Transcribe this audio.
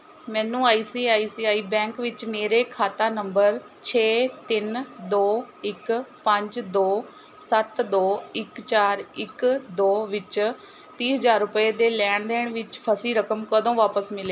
ਮੈਨੂੰ I C I C I bank ਵਿੱਚ ਮੇਰੇ ਖਾਤਾ ਨੰਬਰ ਛੇ ਤਿੰਨ ਦੋ ਇੱਕ ਪੰਜ ਦੋ ਸੱਤ ਦੋ ਇੱਕ ਚਾਰ ਇੱਕ ਦੋ ਵਿੱਚ ਤੀਹ ਹਜ਼ਾਰ ਰੁਪਏ ਦੇ ਲੈਣ ਦੇਣ ਵਿੱਚ ਫਸੀ ਰਕਮ ਕਦੋਂ ਵਾਪਸ ਮਿਲੇ